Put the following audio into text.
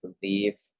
believe